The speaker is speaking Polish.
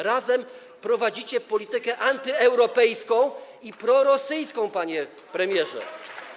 Razem prowadzicie politykę antyeuropejską i prorosyjską, panie premierze.